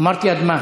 אמרתי: אדמה.